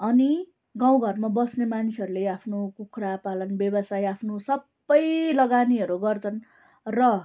अनि गाउँ घरमा बस्ने मानिसहरूले आफ्नो कुखुरा पालन व्यवसाय आफ्नो सब लगानीहरू गर्छन् र